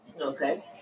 Okay